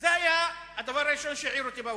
זה היה הדבר הראשון שהעיר אותי בבוקר.